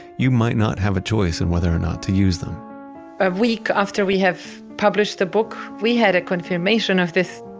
you might not have a choice in whether or not to use them a week after we have published the book, we had a confirmation of this.